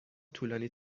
طولانی